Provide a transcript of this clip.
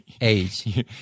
Age